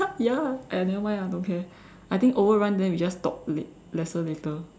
ya !aiya! nevermind ah don't care I think overrun then we just talk le~ lesser later